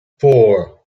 four